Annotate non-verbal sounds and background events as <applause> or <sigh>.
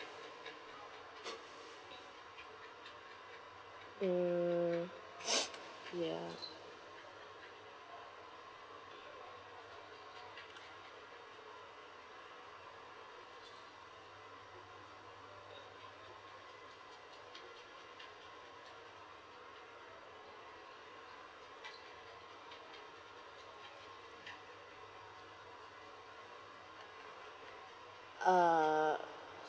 mm <noise> ya uh